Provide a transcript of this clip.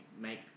make